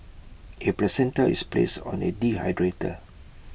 A placenta is placed on A dehydrator